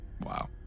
Wow